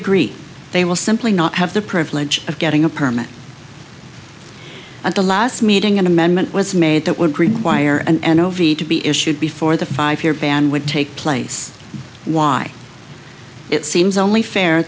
agree they will simply not have the privilege of getting a permit at the last meeting an amendment was made that would require and overy to be issued before the five year ban would take place why it seems only fair